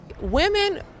Women